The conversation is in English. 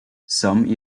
some